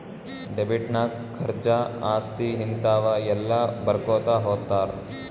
debit ನಾಗ್ ಖರ್ಚಾ, ಆಸ್ತಿ, ಹಿಂತಾವ ಎಲ್ಲ ಬರ್ಕೊತಾ ಹೊತ್ತಾರ್